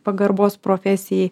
pagarbos profesijai